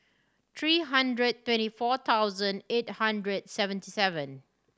three hundred twenty four thousand eight hundred seventy seven